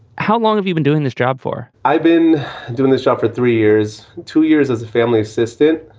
how long have you been doing this job for? i've been doing this job for three years, two years as a family assistant.